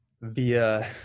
via